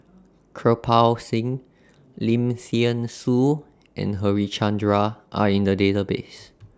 Kirpal Singh Lim Thean Soo and Harichandra Are in The Database